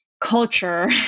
Culture